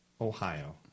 Ohio